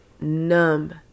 numb